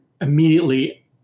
immediately